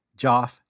Joff